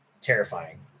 terrifying